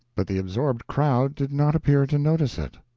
but the absorbed crowd did not appear to notice it.